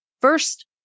First